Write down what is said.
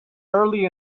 early